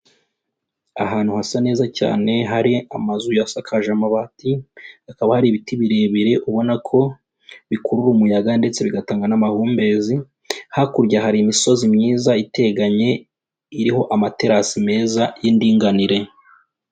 Ahantu hasa neza cyane hari amazu yasakajwe amabati, hakaba hari ibiti birebire ubona ko bikurura umuyaga ndetse bigatangagwa n'amahumbezi, hakurya hari imisozi myiza iteganye iriho amaterasi meza y'indinganire.